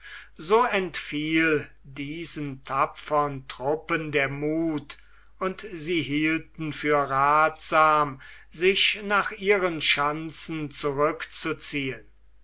so entfiel diesen tapfern truppen der muth und sie hielten für rathsam sich nach ihren schanzen zurückzuziehen